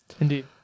Indeed